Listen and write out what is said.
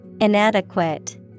Inadequate